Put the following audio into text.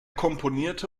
komponierte